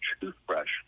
toothbrush